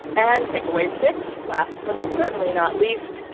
and takeaway six, last but certainly not least,